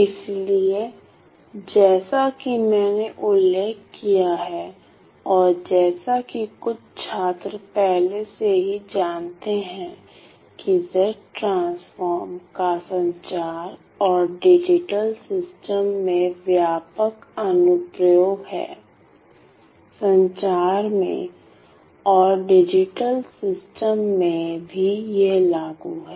इसलिए जैसा कि मैंने उल्लेख किया है और जैसा कि कुछ छात्र पहले से ही जानते हैं कि Z ट्रांसफ़ॉर्म का संचार और डिजिटल सिस्टम में व्यापक अनुप्रयोग हैं संचार में और डिजिटल सिस्टम मैं भी यह लागू है